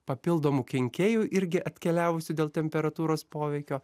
papildomų kenkėjų irgi atkeliavusių dėl temperatūros poveikio